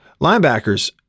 linebackers